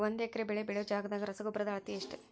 ಒಂದ್ ಎಕರೆ ಬೆಳೆ ಬೆಳಿಯೋ ಜಗದಾಗ ರಸಗೊಬ್ಬರದ ಅಳತಿ ಎಷ್ಟು?